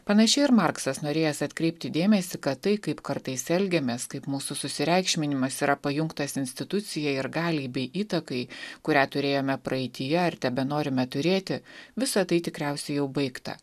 panašiai ir marksas norėjęs atkreipti dėmesį kad tai kaip kartais elgiamės kaip mūsų susireikšminimas yra pajungtas institucijai ir galiai bei įtakai kurią turėjome praeityje ir tebenorime turėti visa tai tikriausiai jau baigta